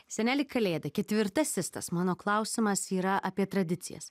seneli kalėda ketvirtasis tas mano klausimas yra apie tradicijas